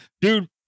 dude